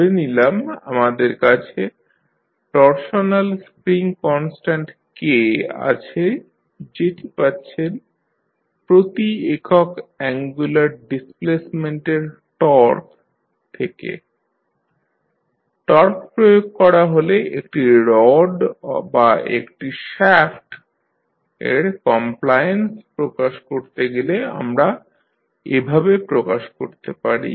ধরে নিলাম আমাদের কাছে টরশনাল স্প্রিং কনস্ট্যান্ট K আছে যেটি পাচ্ছেন প্রতি একক অ্যাঙ্গুলার ডিসপ্লেসমেন্টের টর্ক থেকে টর্ক প্রয়োগ করা হলে একটি রড বা একটি শ্যাফ্ট এর কমপ্লায়েন্স প্রকাশ করতে গেলে আমরা এভাবে প্রকাশ করতে পারি